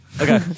Okay